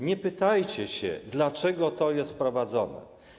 Nie pytajcie się, dlaczego to jest wprowadzone.